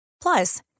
Plus